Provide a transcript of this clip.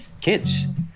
kids